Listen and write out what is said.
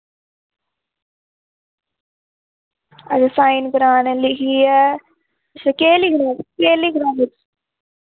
अच्छा साइन कराने लिखियै अच्छा केह् लिखना केह् लिखना फिर